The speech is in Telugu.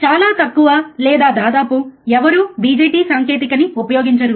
చాలా తక్కువ లేదా దాదాపు ఎవరూ BJT సాంకేతిక ని ఉపయోగించరు